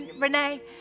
Renee